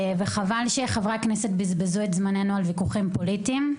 חבל שחברי הכנסת בזבזו את זמננו על ויכוחים פוליטיים.